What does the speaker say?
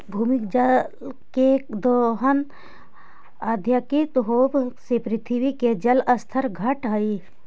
भूमिगत जल के दोहन अत्यधिक होवऽ से पृथ्वी के जल स्तर घटऽ हई